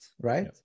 right